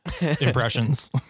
impressions